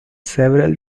several